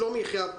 שלומי יחיאב,